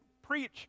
preach